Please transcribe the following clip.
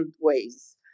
ways